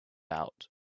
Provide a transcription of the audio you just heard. out